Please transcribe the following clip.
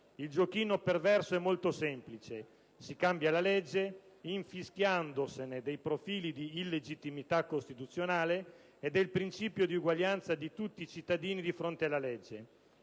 Il giochino perverso è molto semplice: si cambia la legge, infischiandosene dei profili di illegittimità costituzionale e del principio di uguaglianza di tutti i cittadini di fronte alla legge.